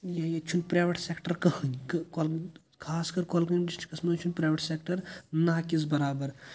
ییٚتہِ چھُنہٕ private sector کٕہۭنۍ کہٕ خاص کَر کۄلگٲمۍ ڈِسٹِرٛکَس منٛز چھُنہٕ پرٛیوَٹ سٮ۪کٹَر نا کِس بَرابَر